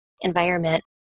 environment